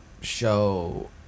show